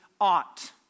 ought